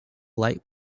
light